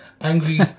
angry